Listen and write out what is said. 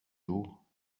jours